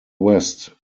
west